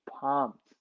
pumped